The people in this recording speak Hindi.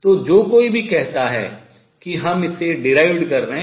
तो जो कोई भी कहता है कि हम इसे derived व्युत्पन्न कर रहे हैं